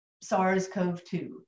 SARS-CoV-2